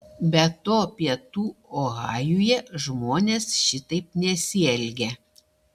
be to pietų ohajuje žmonės šitaip nesielgia